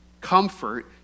comfort